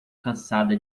cansada